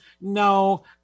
No